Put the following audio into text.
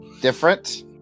different